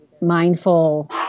mindful